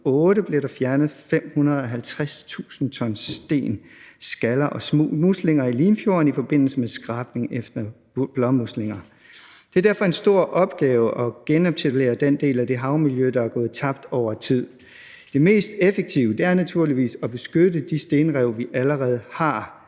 til 2008 blev der fjernet 550.000 t sten, skaller og muslinger i Limfjorden i forbindelse med skrabning efter blåmuslinger. Det er derfor en stor opgave at genetablere den del af det havmiljø, der er gået tabt over tid. Det mest effektive er naturligvis at beskytte de stenrev, vi allerede har